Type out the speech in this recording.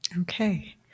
Okay